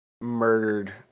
murdered